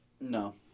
No